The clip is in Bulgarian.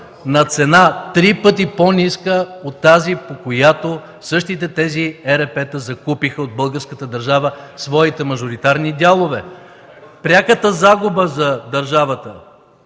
на цена три пъти по-ниска от тази, по която същите тези ЕРП-та закупиха от българската държава своите мажоритарни дялове. (Шум и реплики